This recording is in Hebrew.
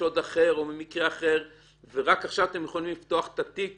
משוד אחר או ממקרה אחר ורק עכשיו אתם יכולים לפתוח את התיק